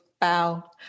bow